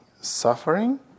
suffering